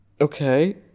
Okay